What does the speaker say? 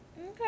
Okay